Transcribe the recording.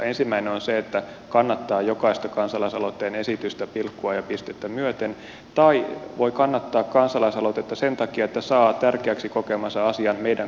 ensimmäinen on se että kannattaa jokaista kansalaisaloitteen esitystä pilkkua ja pistettä myöten tai voi kannattaa kansalaisaloitetta sen takia että saa tärkeäksi kokemansa asian meidän kansanedustajien käsittelyyn